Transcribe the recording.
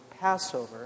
Passover